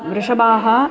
वृषभाः